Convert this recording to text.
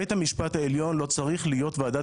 בית המשפט העליון לא צריך להיות ועדת